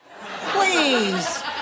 Please